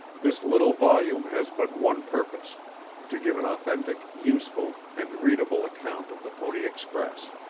this little volume has but one purpose to give an authentic, useful, and readable account of the pony express.